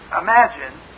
Imagine